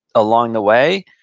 along the way,